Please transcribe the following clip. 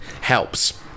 helps